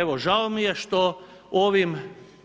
Evo, žao mi je što ovim